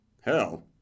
Hell